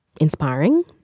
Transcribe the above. inspiring